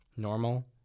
Normal